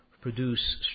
produce